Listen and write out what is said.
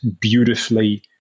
beautifully